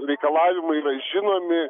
reikalavimai yra žinomi